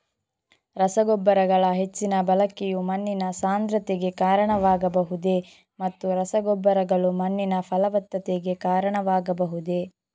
ರಸಗೊಬ್ಬರಗಳ ಹೆಚ್ಚಿನ ಬಳಕೆಯು ಮಣ್ಣಿನ ಸಾಂದ್ರತೆಗೆ ಕಾರಣವಾಗಬಹುದೇ ಮತ್ತು ರಸಗೊಬ್ಬರಗಳು ಮಣ್ಣಿನ ಫಲವತ್ತತೆಗೆ ಕಾರಣವಾಗಬಹುದೇ?